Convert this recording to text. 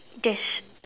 there's